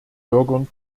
bürgern